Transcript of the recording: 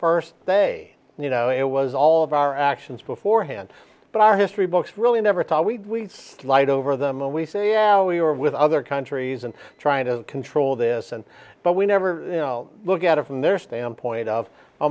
first day you know it was all of our actions beforehand but our history books really never thought we lived over them and we say oh we were with other countries and trying to control this and but we never look at it from their standpoint of oh